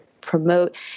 promote